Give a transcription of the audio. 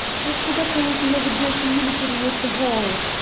i forgot there was another door communicating with the hall.